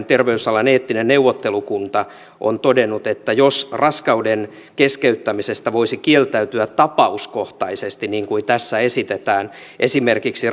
terveysalan eettinen neuvottelukunta on todennut että jos raskauden keskeyttämisestä voisi kieltäytyä tapauskohtaisesti niin kuin tässä esitetään esimerkiksi